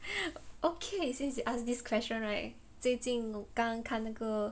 okay since you ask this question right 最近我刚看那个